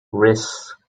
risks